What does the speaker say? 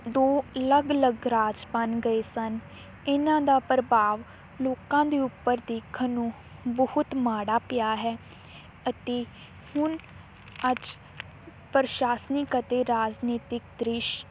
ਦੋ ਅਲੱਗ ਅਲੱਗ ਰਾਜ ਬਣ ਗਏ ਸਨ ਇਹਨਾਂ ਦਾ ਪ੍ਰਭਾਵ ਲੋਕਾਂ ਦੇ ਉੱਪਰ ਦੇਖਣ ਨੂੰ ਬਹੁਤ ਮਾੜਾ ਪਿਆ ਹੈ ਅਤੇ ਹੁਣ ਅੱਜ ਪ੍ਰਸ਼ਾਸਨਿਕ ਅਤੇ ਰਾਜਨੀਤਿਕ ਦ੍ਰਿਸ਼